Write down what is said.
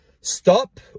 Stop